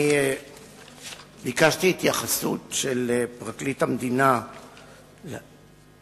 אני ביקשתי התייחסות של פרקליט המדינה לשאלה,